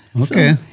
Okay